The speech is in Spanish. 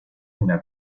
una